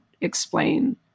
explain